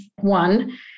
one